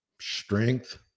strength